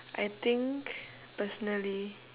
I think personally